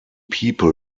people